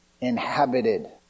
inhabited